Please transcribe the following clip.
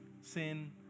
sin